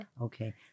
Okay